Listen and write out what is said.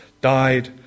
died